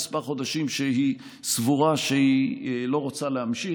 חודשים שהיא סבורה שהיא לא רוצה להמשיך,